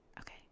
okay